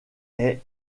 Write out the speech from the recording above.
est